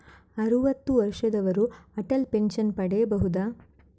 ಅರುವತ್ತು ವರ್ಷದವರು ಅಟಲ್ ಪೆನ್ಷನ್ ಪಡೆಯಬಹುದ?